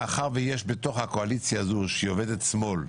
מאחר שיש בתוך הקואליציה הזאת שהיא עובדת שמאל,